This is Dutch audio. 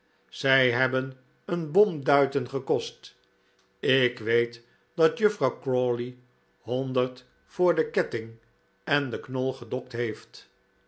zij hebben een bom duiten gekost ik weet dat juffrouw crawley honderd voor de ketting en knol gedokt heeft